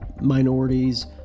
minorities